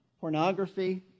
pornography